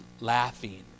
laughing